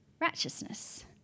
Righteousness